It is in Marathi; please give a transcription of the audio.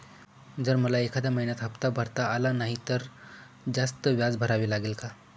जर मला एखाद्या महिन्यात हफ्ता भरता आला नाही तर जास्त व्याज भरावे लागेल का?